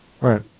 Right